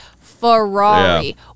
Ferrari